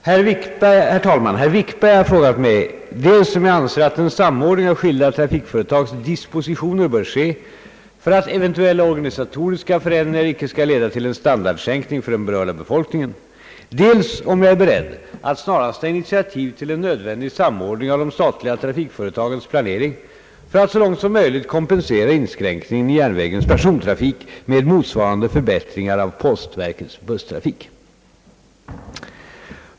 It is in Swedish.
Herr talman! Herr Wikberg har frågat mig dels om jag anser att en samordning av skilda trafikföretags dispositioner bör ske för att eventuella organisatoriska förändringar icke skall leda till en standardsänkning för den berörda befolkningen, dels om jag är beredd att snarast ta initiativ till en nödvändig samordning av de statliga trafikföretagens planering för att så långt som möjligt kompensera inskränkningen i järnvägens persontrafik med motsvarande förbättringar av postverkets busstrafik.